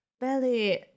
Belly